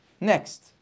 Next